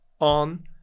on